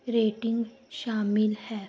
rating ਸ਼ਾਮਿਲ ਹੈ